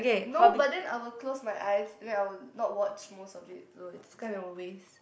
no but then I will close my eyes then I will not watch most of it so it's kind of waste